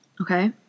okay